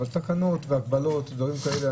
אבל תקנות והגבלות ודברים כאלה,